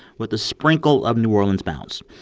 with a sprinkle of new orleans bounce.